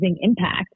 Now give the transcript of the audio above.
impact